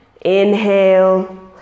Inhale